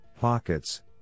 pockets